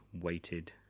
weighted